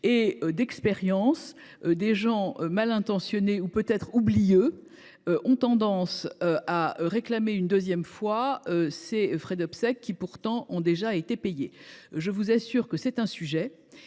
d’expérience – des gens malintentionnés ou oublieux ont tendance à réclamer une deuxième fois des frais d’obsèques qui, pourtant, ont déjà été payés. Je vous assure que c’est un sujet